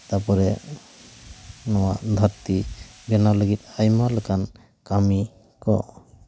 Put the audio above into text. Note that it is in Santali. ᱛᱟᱨᱯᱚᱨᱮ ᱱᱚᱣᱟ ᱫᱷᱟᱹᱨᱛᱤ ᱵᱮᱱᱟᱣ ᱞᱟᱹᱜᱤᱫ ᱟᱭᱢᱟ ᱞᱮᱠᱟᱱ ᱞᱟᱹᱢᱤ ᱠᱚ